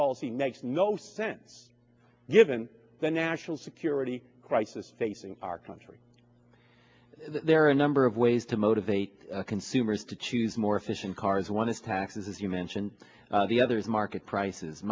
policy makes no sense given the national security crisis facing our country there are a number of ways to motivate consumers to choose more efficient cars one is taxes you mentioned the other is market prices